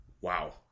Wow